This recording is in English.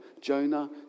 Jonah